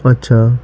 اچھا